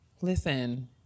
Listen